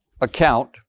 account